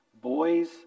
Boys